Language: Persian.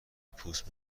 پوست